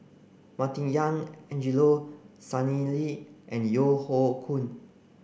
Martin Yan Angelo Sanelli and Yeo Hoe Koon